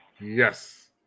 yes